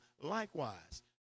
likewise